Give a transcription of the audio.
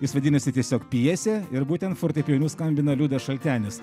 jis vadinasi tiesiog pjesė ir būtent fortepijonu skambino liudas šaltenis